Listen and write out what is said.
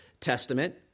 Testament